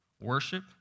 worship